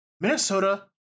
Minnesota